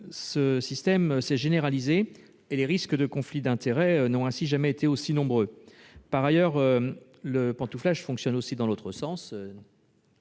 ce système s'est généralisé et les risques de conflit d'intérêts n'ont ainsi jamais été aussi nombreux. Par ailleurs, le pantouflage fonctionne aussi dans l'autre sens